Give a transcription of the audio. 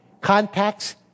Contacts